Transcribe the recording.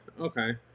okay